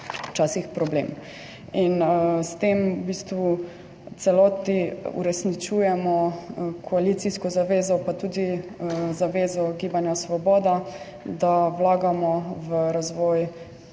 bistvu v celoti uresničujemo koalicijsko zavezo, pa tudi zavezo Gibanja Svoboda, da vlagamo v razvoj visoko